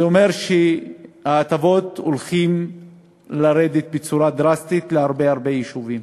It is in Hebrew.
זה אומר שההטבות הולכות לרדת בצורה דרסטית להרבה הרבה יישובים.